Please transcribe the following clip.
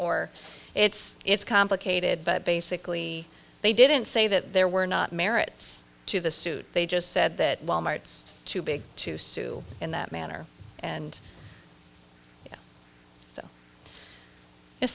or it's it's complicated but basically they didn't say that there were not merits to the suit they just said that wal mart's too big to sue in that manner and so